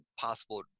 possible